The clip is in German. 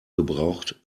gebraucht